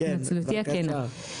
התנצלותי הכנה.